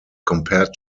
compared